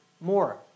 more